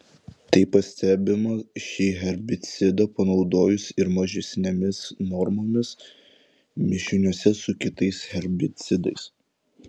tai pastebima šį herbicidą panaudojus ir mažesnėmis normomis mišiniuose su kitais herbicidais